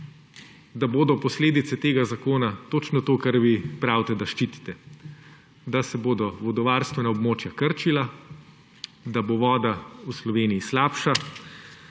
da bodo posledice tega zakona točno to, kar vi pravite, da ščitite. Da se bodo vodovarstvena območja krčila, da bo voda v Sloveniji slabša,